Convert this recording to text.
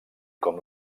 com